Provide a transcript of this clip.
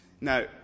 Now